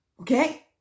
Okay